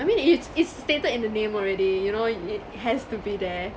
I mean it's it's stated in the name already you know it has to be there